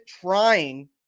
trying